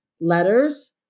letters